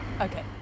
Okay